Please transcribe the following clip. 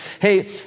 Hey